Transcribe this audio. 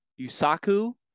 Yusaku